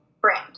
brand